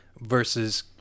versus